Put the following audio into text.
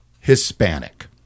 Hispanic